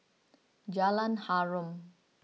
Jalan Harum